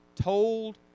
told